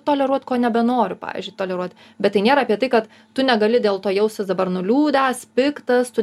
toleruot ko nebenoriu pavyzdžiui toleruot bet tai nėra apie tai kad tu negali dėl to jaustis dabar nuliūdęs piktas tu